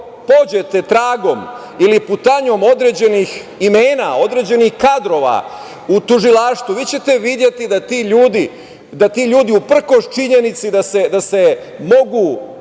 pođete tragom ili putanjom određenih imena, određenih kadrova u tužilaštvu, vi ćete videti da ti ljudi, uprkos činjenici da se mogu